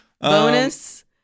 bonus